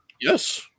Yes